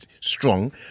strong